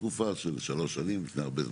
תקופה של שלוש שנים לפני הרבה זמן,